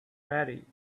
ready